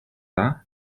dda